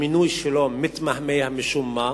המינוי שלו מתמהמה משום מה.